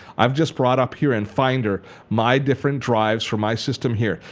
i've just brought up here in finder my different drives for my system here.